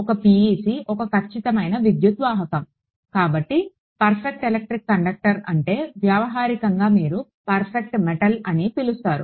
ఒక PEC ఒక ఖచ్చితమైన విద్యుత్ వాహకం కాబట్టి పర్ఫెక్ట్ ఎలక్ట్రిక్ కండక్టర్ అంటే వ్యావహారికంగా మీరు పర్ఫెక్ట్ మెటల్ అని పిలుస్తారు